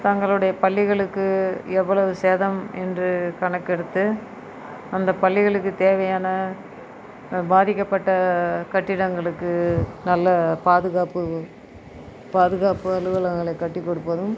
தங்களுடைய பள்ளிகளுக்கு எவ்வளவு சேதம் என்று கணக்கெடுத்து அந்த பள்ளிகளுக்கு தேவையான பாதிக்கப்பட்ட கட்டிடங்களுக்கு நல்ல பாதுகாப்பு பாதுகாப்பு அலுவலகங்களை கட்டி கொடுப்பதும்